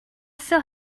still